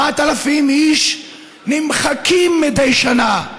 4,000 איש נמחקים מדי שנה,